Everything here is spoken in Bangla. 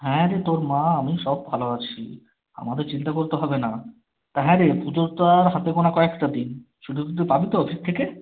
হ্যাঁ রে তোর মা আমি সব ভালো আছি আমাদের চিন্তা করতে হবে না তা হ্যাঁ রে পূজোর তো আর হাতে গোনা কয়েকটা দিন ছুটি টুটি পাবি তো অফিস থেকে